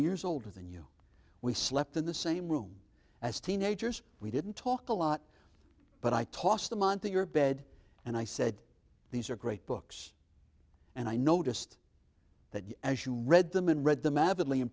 years older than you we slept in the same room as teenagers we didn't talk a lot but i tossed them onto your bed and i said these are great books and i noticed that as you read them and read the madly in